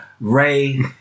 Ray